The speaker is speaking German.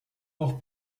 auch